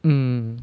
mm